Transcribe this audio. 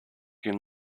can